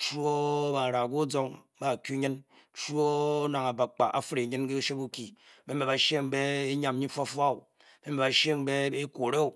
chwo. nang ba'rea ke ozung ba'ku nym. chwo nang ábakpá afere nym ke e-shee bukyi mbe ba sheeing enyam uyi fua-fua mbe ba sheeing be ekwure-o